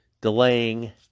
delaying